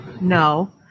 no